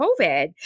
covid